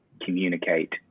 communicate